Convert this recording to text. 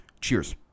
cheers